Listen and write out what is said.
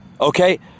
Okay